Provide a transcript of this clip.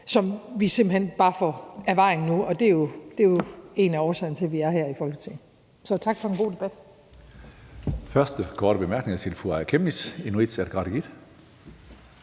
som vi simpelt hen bare får af vejen nu, og det er jo en af årsagerne til, at vi er her i Folketinget. Så tak for en god debat. Kl. 12:50 Tredje